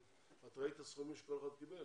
את ראית את הסכומים שכל אחד קיבל?